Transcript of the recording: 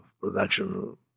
production